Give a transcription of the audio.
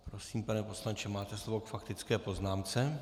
Prosím, pane poslanče, máte slovo k faktické poznámce.